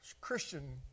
Christian